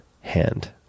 hand